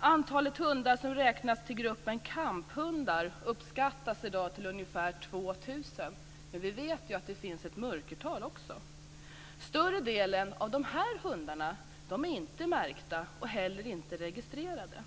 Antalet hundar som räknas till gruppen kamphundar uppskattas i dag till ungefär 2 000, men vi vet ju att det finns ett mörkertal också. Större delen av dessa hundar är inte märkta och inte heller registrerade.